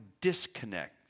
disconnect